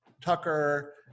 Tucker